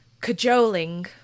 cajoling